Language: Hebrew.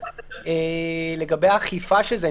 ולגבי האכיפה של זה,